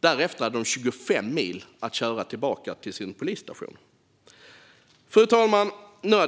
Därefter hade poliserna 25 mil att köra tillbaka till sin polisstation. Fru talman!